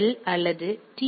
L அல்லது D